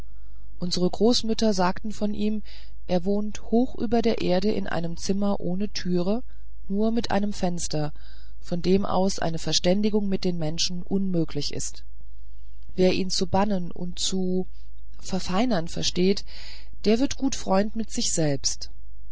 unsere großmütter sagen von ihm er wohnt hoch über der erde in einem zimmer ohne türe nur mit einem fenster von dem aus eine verständigung mit den menschen unmöglich ist wer ihn zu bannen und zu verfeinern versteht der wird gut freund mit sich selbst